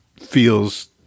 feels